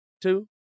two